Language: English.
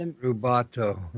rubato